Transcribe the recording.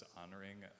honoring